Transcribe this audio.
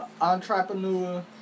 entrepreneur